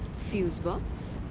fuse-box!